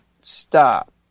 stop